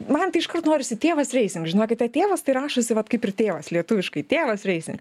man tai iškart norisi tėvas racing žinokite tėvas tai rašosi vat kaip ir tėvas lietuviškai tėvas racing